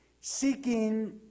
seeking